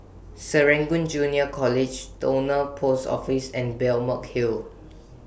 Serangoon Junior College Towner Post Office and Balmeg Hill